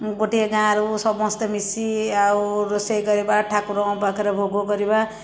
ଗୋଟିଏ ଗାଁରୁ ସମସ୍ତେ ମିଶି ଆଉ ରୋଷେଇ କରିବା ଠାକୁରଙ୍କ ପାଖରେ ଭୋଗ କରିବା